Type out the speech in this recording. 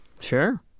Sure